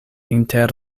inter